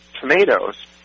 tomatoes